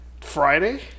Friday